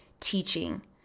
teaching